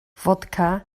fodca